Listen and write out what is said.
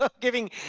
giving